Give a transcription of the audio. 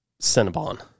Cinnabon